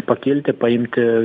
pakilti paimti